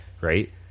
right